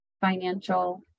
financial